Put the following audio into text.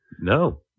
No